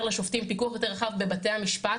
לשופטים פיקוח יותר רחב בבתי המשפט.